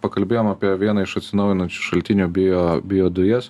pakalbėjom apie vieną iš atsinaujinančių šaltinių bio biodujas